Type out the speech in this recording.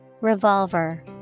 Revolver